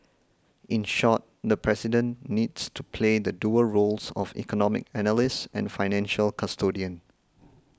in short the President needs to play the dual roles of economic analyst and financial custodian